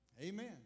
Amen